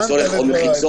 למשל.